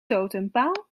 totempaal